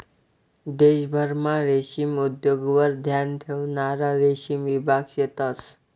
देशभरमा रेशीम उद्योगवर ध्यान ठेवणारा रेशीम विभाग शेतंस